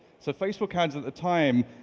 so facebook ads at the time,